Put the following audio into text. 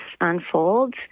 unfolds